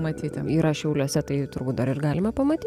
matyt ten yra šiauliuose tai turbūt dar ir galima pamatyt